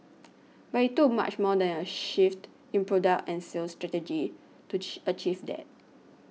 but it took much more than a shift in product and sales strategy to achieve that